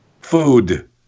food